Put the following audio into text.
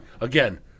Again